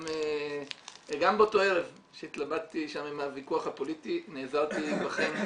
גם באותו ערב שהתלבטתי עם הוויכוח הפוליטי נעזרתי בכם,